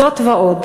זאת ועוד,